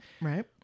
right